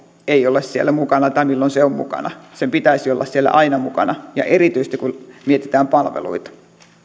ei ole siellä mukana tai milloin se on mukana sen pitäisi olla siellä aina mukana ja erityisesti kun mietitään palveluita